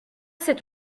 c’est